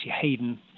Hayden